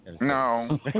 No